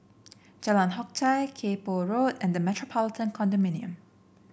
Jalan Hock Chye Kay Poh Road and The Metropolitan Condominium